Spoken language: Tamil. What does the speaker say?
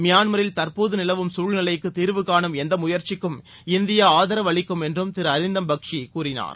மியான்மரில் தற்போது நிலவும் சசூழ்நிலைக்கு தீர்வு காணும் எந்த முயற்சிக்கும் இந்தியா ஆதரவு அளிக்கும் என்றும் திரு அரிந்தம் பக்ஸி கூறினார்